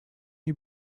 you